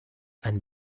ein